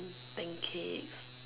pancake